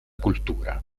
cultura